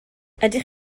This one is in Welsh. ydych